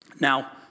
Now